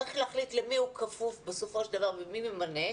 צריך להחליט למי הוא כפוף בסופו של דבר ומי ממנה,